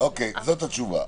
זאת התשובה?